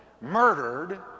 murdered